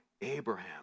Abraham